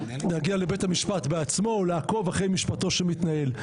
להגיע לבית המשפט בעצמו או לעקוב אחרי משפטו שמתנהל.